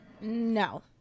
no